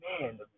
man